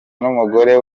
n’umugore